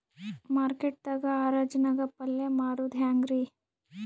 Market ದಾಗ್ ಹರಾಜ್ ನಾಗ್ ಪಲ್ಯ ಮಾರುದು ಹ್ಯಾಂಗ್ ರಿ?